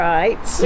Right